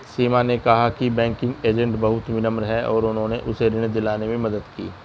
सीमा ने कहा कि बैंकिंग एजेंट बहुत विनम्र हैं और उन्होंने उसे ऋण दिलाने में मदद की